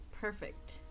perfect